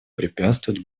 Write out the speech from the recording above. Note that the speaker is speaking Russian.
препятствуют